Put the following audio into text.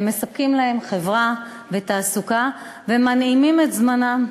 והם מספקים להם חברה ותעסוקה ומנעימים את זמנם.